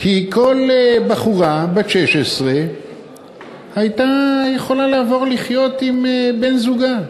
כי כל בחורה בת 16 הייתה יכולה לעבור לחיות עם בן-זוגה,